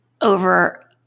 over